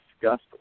discussed